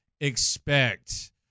expect